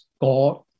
God